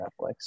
Netflix